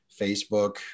Facebook